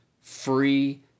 free